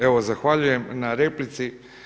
Evo zahvaljujem na replici.